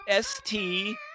ST